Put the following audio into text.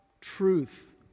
Truth